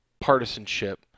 partisanship